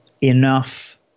enough